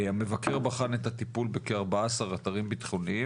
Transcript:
המבקר בחן את הטיפול בכ-14 אתרים ביטחוניים